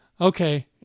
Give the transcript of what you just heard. okay